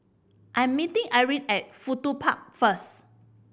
I'm meeting Irine at Fudu Park first